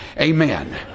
amen